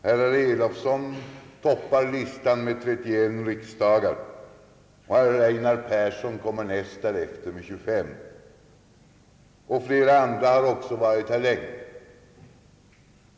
Herr Elofsson toppar listan med 31 riksdagar. Herr Einar Persson kommer därnäst med 25 riksdagar, och flera andra ledamöter har också varit här länge.